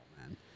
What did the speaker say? man